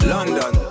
London